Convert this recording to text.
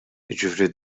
jiġifieri